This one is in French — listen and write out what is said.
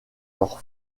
leur